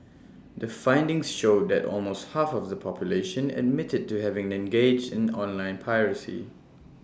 the findings showed that almost half of the population admitted to having engaged in online piracy